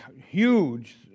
huge